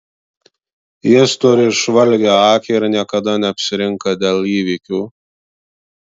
jis turi įžvalgią akį ir niekada neapsirinka dėl įvykių